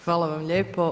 Hvala vam lijepo.